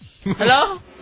Hello